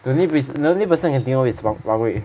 the only pri~ the only person I can think of is wawei